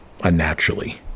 unnaturally